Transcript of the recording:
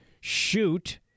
Shoot